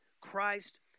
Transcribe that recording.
Christ